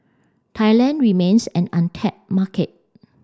Thailand remains an untapped market